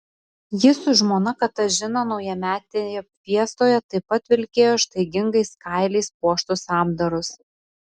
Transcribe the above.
jis su žmona katažina naujametėje fiestoje taip pat vilkėjo ištaigingais kailiais puoštus apdarus